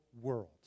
world